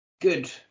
good